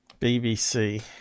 BBC